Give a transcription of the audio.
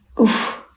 Oof